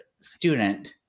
student